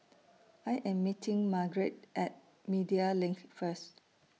I Am meeting Margrett At Media LINK First